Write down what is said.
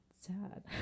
Sad